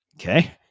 Okay